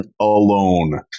alone